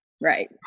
right